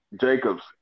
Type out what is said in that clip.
Jacobs